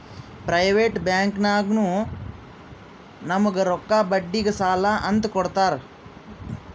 private ಬ್ಯಾಂಕ್ನಾಗು ನಮುಗ್ ರೊಕ್ಕಾ ಬಡ್ಡಿಗ್ ಸಾಲಾ ಅಂತ್ ಕೊಡ್ತಾರ್